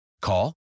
Call